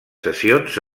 sessions